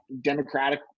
democratic